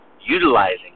utilizing